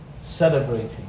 celebrating